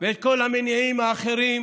ואת כל המניעים האחרים